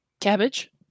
Cabbage